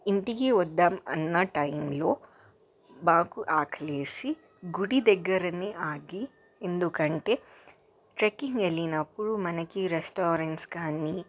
ఇంటికి వద్దాం అన్నటైంలో మాకు ఆకలి వేసి గుడి దగ్గరనే ఆగి ఎందుకంటే ట్రెక్కింగ్ వెళ్ళినప్పుడు మనకి రెస్టారెంట్స్ కాని